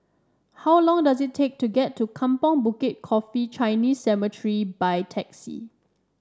how long does it take to get to Kampong Bukit Coffee Chinese Cemetery by taxi